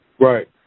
Right